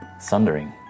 sundering